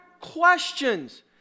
questions